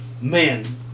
Man